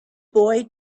boy